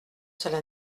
cela